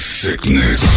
sickness